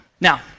Now